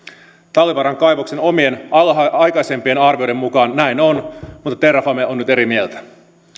talvivaaran kaivoksen omien aikaisempien arvioiden mukaan näin on mutta terrafame on nyt eri mieltä